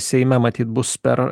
seime matyt bus per